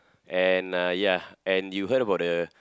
and uh ya and you heard about the